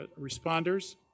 responders